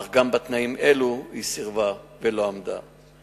אך גם לתנאים אלה היא סירבה ולא עמדה בהם.